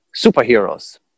superheroes